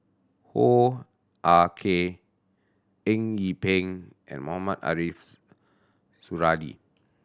Hoo Ah Kay Eng Yee Peng and Mohamed Ariffs Suradi